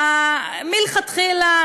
מלכתחילה,